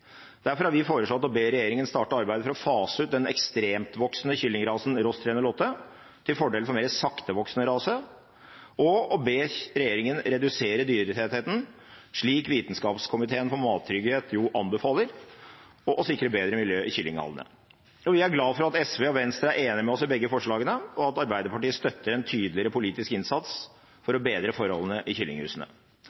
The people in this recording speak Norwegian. Derfor har vi foreslått å be regjeringen starte arbeidet med å fase ut den ekstremtvoksende kyllingrasen Ross 308 til fordel for en mer saktevoksende rase, og å be regjeringen redusere dyretettheten, slik Vitenskapskomiteen for mattrygghet anbefaler, og sikre bedre miljø i kyllinghallene. Vi er glad for at SV og Venstre er enig med oss i begge forslagene, og at Arbeiderpartiet støtter en tydeligere politisk innsats for